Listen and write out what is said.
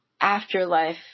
afterlife